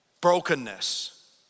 brokenness